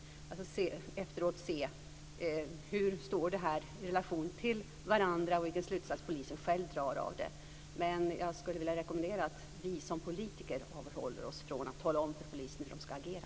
Det gäller att efteråt se hur detta står i relation till varandra och vilka slutsatser polisen själv drar av det. Men jag skulle alltså vilja rekommendera att vi som politiker avhåller oss från att tala om för polisen hur den ska agera.